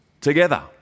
together